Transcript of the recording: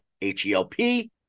H-E-L-P